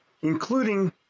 including